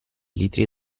litri